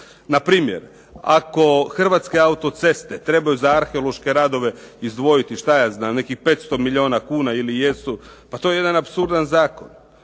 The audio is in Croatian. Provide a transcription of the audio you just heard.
Npr. ako Hrvatske autoceste trebaju za arheološke radove izdvojiti nekih 500 milijuna kuna ili jesu, pa to jedan apsurdan zakon.